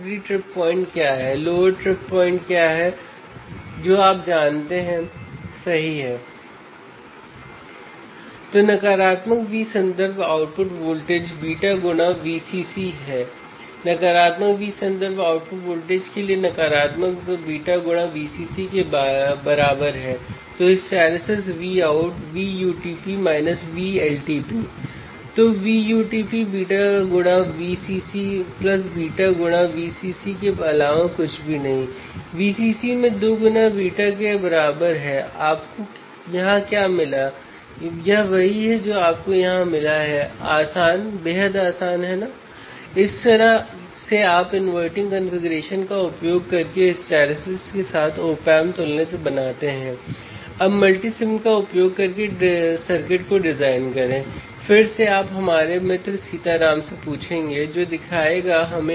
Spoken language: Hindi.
हो सकता है कि आप ध्वनि के संदर्भ में बहुत स्पष्ट रूप से समझने में सक्षम न हों लेकिन यदि आप हैं तो आप इस बात को समझ सकते हैं कि यदि कोई सिग्नल है और यदि कोई नॉइज़ है तो एक इंस्ट्रूमेंटेशन एम्पलीफायर की मदद से इस नॉइज़ से संकेतों को निकालना आसान है